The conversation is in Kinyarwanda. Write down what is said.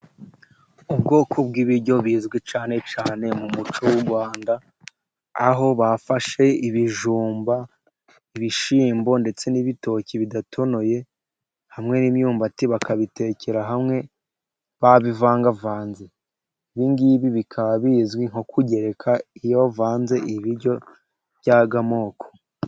Ubwoko bw'ibiryo bizwi cyane cyane mu muco w'u Rwanda ,aho bafashe ibijumba, ibishyimbo, ndetse n'ibitoki bidatonoye ,hamwe n'imyumbati, bakabitekera hamwe babivangavanze. Ibi ngibi bikaba bizwi nko kugereka iyo bavanze ibiryo by'aya moko.